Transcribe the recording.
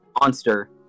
monster